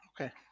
okay